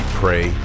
pray